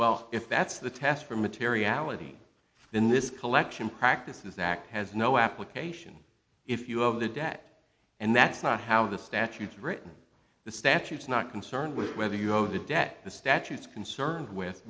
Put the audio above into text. well if that's the test for materiality then this collection practices act has no application if you have the debt and that's not how the statutes written the statute is not concerned with whether you know the debt the statute is concerned with